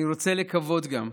אני רוצה לקוות גם,